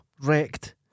wrecked